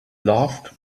loved